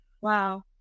Wow